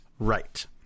Right